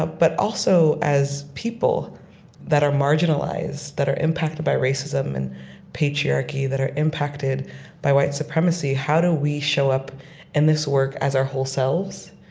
but also as people that are marginalized that are impacted by racism and patriarchy, that are impacted by white supremacy, how do we show up in this work as our whole selves?